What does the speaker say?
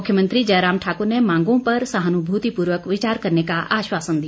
मुख्यमंत्री जयराम ठाकुर ने मांगों पर सहानुभूतिपूर्वक विचार करने का आश्वासन दिया